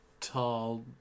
tall